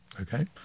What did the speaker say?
Okay